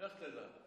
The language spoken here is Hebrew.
לך תדע.